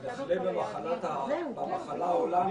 נחלה במחלה ההולנדית.